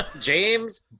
James